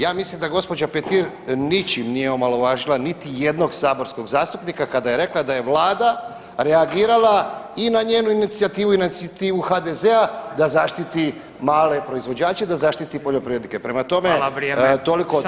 Ja mislim da gospođa Petir ničim nije omalovažila niti jednog saborskog zastupnika kada je rekla da je Vlada reagirala i na njenu inicijativu i na inicijativu HDZ-a da zaštiti male proizvođače, da zaštiti poljoprivrednike, prema tome toliko o tome.